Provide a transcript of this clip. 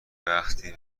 وقتی